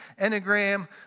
Enneagram